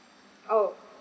oh